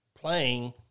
playing –